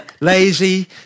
lazy